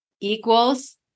equals